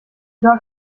tag